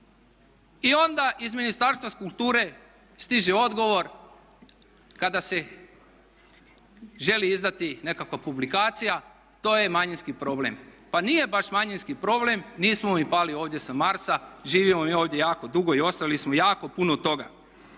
I onda iz Ministarstva kulture stiže odgovor kada se želi izdati nekakva publikacija to je manjinski problem. Pa nije baš manjinski problem, nismo mi pali ovdje sa Marsa, živimo mi ovdje jako dugo i ostavili smo jako puno toga.